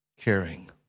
caring